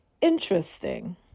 interesting